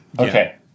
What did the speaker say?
Okay